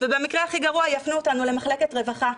ובמקרה הכי גרוע יפנו אותנו למחלקת רווחה,